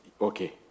Okay